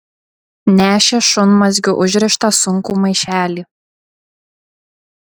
nešė šunmazgiu užrištą sunkų maišelį